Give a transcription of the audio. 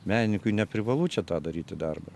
menininkui neprivalu čia tą daryti darbą